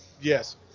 Yes